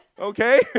Okay